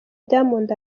diamond